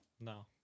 No